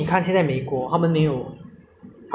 他们就 release 那个 lockdown eh 然后每天就有